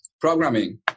programming